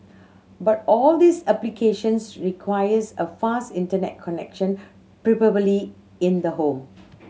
but all these applications requires a fast Internet connection in the home